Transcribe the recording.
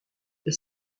est